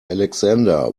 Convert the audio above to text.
alexander